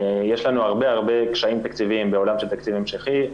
יש לנו הרבה קשיים תקציביים בעולם של תקציב המשכי.